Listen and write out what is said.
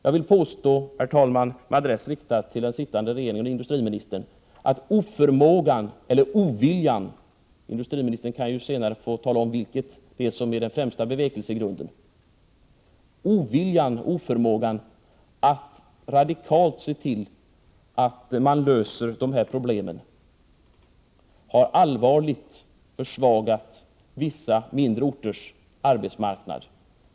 Jag påstår, herr talman, med adress till den sittande regeringens industriminister att oförmågan eller oviljan — industriministern kan senare tala om vilket det är som är den främsta bevekelsegrunden — att radikalt se till att problemen löses har allvarligt försvagat vissa mindre orters arbetsmarknad.